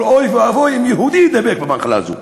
אבל אוי ואבוי אם יהודי יידבק במחלה הזאת.